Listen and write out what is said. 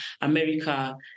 America